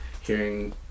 hearing